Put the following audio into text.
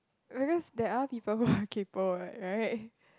because there are people who are kaypo [what] right